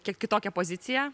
kiek kitokią poziciją